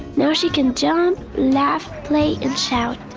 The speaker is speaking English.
now she can jump, laugh, play, and shout.